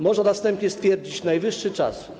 Można na wstępie stwierdzić: najwyższy czas.